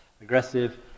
aggressive